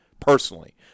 personally